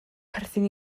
perthyn